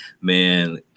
man